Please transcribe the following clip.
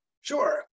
Sure